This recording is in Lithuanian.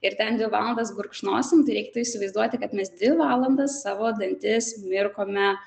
ir ten dvi valandas gurkšnosim tai reiktų įsivaizduoti kad mes dvi valandas savo dantis mirkome